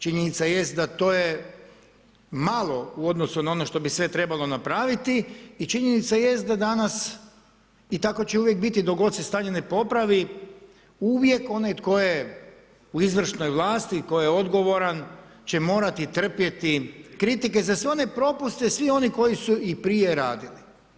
Činjenica jest da to je malo u odnosu na ono što bi sve trebalo napraviti i činjenica jest da danas i tako će uvijek biti dok god se stanje ne popravi, uvijek onaj tko je u izvršnoj vlasti i tko je odgovoran će morati trpjeti kritike za sve one propuste svih onih koji su i prije radili.